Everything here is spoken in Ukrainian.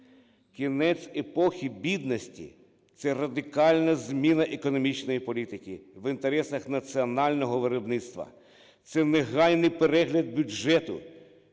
Кінець епохи бідності – це радикальна зміна економічної політики в інтересах національного виробництва. Це негайний перегляд бюджету,